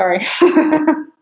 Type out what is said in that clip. Sorry